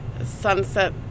sunset